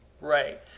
right